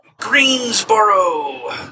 Greensboro